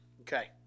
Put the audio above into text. Okay